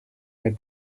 that